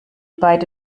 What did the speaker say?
beide